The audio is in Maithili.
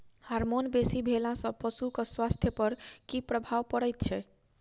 हार्मोन बेसी भेला सॅ पशुक स्वास्थ्य पर की प्रभाव पड़ैत छै?